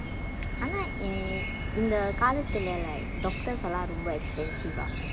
unlike eh in the காலத்துல:kalathula like doctors எல்லாம் ரொம்ப:ellam romba expensive ah